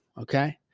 okay